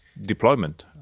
deployment